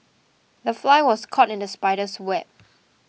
the fly was caught in the spider's web